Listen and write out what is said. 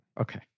Okay